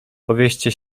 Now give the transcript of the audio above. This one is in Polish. powieście